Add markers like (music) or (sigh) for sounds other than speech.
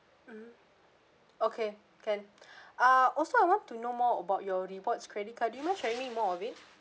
mmhmm okay can (breath) ah also I want to know more about your rewards credit card do you (noise) mind sharing me more of it